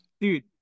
Dude